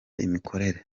imikorere